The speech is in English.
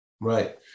Right